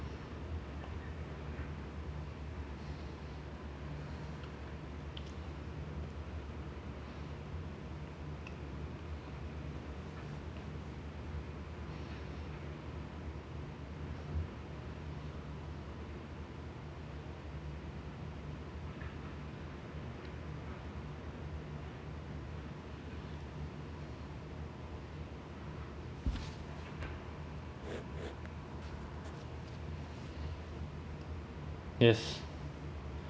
yes